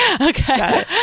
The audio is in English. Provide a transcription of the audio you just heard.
Okay